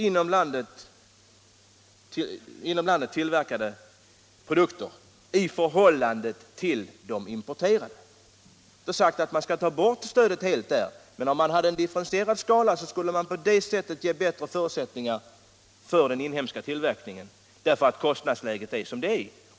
Därmed inte sagt att stödet till 23 mars 1977 de importerade produkterna skall tas bort, men med en differentierad skala skulle man kunna skapa bättre förutsättningar för den inhemska = Förlängd tid för tillverkningen, därför att kostnadsläget är som det är.